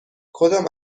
کدام